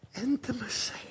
intimacy